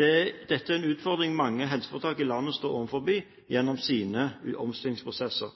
Dette er en utfordring mange helseforetak i landet står overfor gjennom sine omstillingsprosesser.